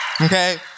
okay